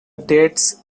dates